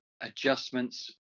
adjustments